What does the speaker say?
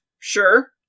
Sure